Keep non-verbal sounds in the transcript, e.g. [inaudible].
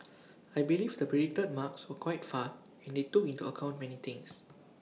[noise] I believe the predicted marks were quite fair and they took into account many things